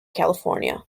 california